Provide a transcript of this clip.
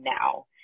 now